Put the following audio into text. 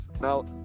now